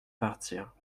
partir